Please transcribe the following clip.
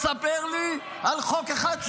תספר לי על חוק אחד,